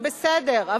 ובסדר,